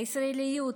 הישראליות,